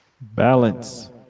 balance